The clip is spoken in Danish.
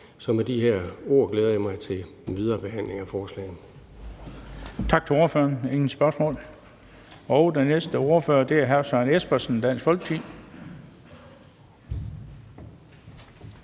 Med de her ord glæder jeg mig til den videre behandling af forslaget.